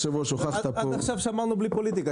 עד עכשיו היה בלי פוליטיקה.